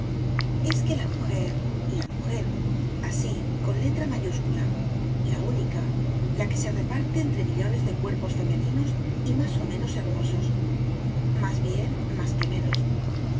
es que la mujer la mujer así con letra mayúscula la única la que se reparte entre millones de cuerpos femeninos y más o menos hermososmás bien más que menos